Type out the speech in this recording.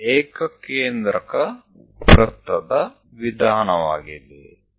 ಇದು ಏಕಕೇಂದ್ರಕ ವೃತ್ತದ ವಿಧಾನವಾಗಿದೆ